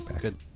Good